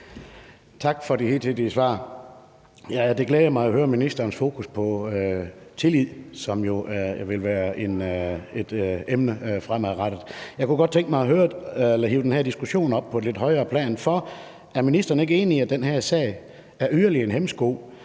tak for de hidtidige svar. Det glæder mig at høre ministerens fokus på tillid, som jo vil være et emne fremadrettet. Jeg kunne godt tænke mig at hive den her diskussion op på et lidt højere plan. Er ministeren ikke enig i, at den her sag er yderligere en hæmsko